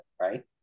right